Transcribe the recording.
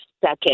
second